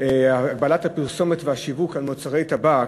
הגבלת הפרסומת והשיווק על מוצרי טבק,